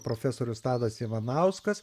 profesorius tadas ivanauskas